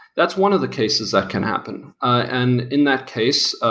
that's one of the cases that can happen and in that case,